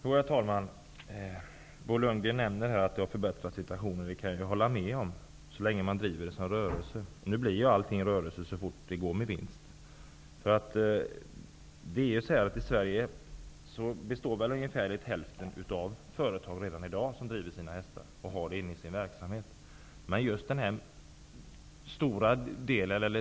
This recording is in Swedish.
Herr talman! Bo Lundgren nämner att situationen har förbättrats. Det kan jag hålla med om, så länge man driver hästägandet som rörelse. Nu blir allting rörelse så fort det går med vinst. Ungefär hälften av dem i Sverige som har hästar i sin verksamhet driver redan i dag företag.